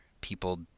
people